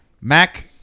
Mac